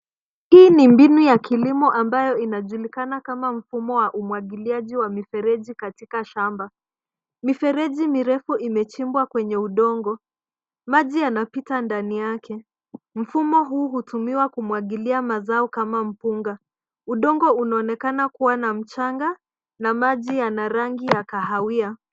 Hii ni mbinu ya kilimo ambayo inajulikana kama mfumo wa umwagiliaji wa mifereji katika shamba. Mifereji mirefu imechimbwa kwenye udongo, maji yanapita ndani yake. Mfumo huu hutumiwa kumwagilia mazao kama mpunga. Udongo unaonekana kuwa na mchanga na maji yana rangi ya kahawia .